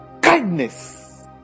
Kindness